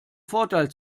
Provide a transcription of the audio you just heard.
vorteil